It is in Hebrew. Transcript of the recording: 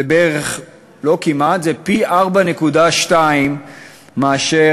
זה בערך, לא כמעט, פי-4.2 מאשר